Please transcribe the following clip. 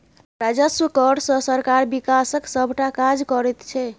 राजस्व कर सँ सरकार बिकासक सभटा काज करैत छै